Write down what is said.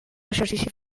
exercici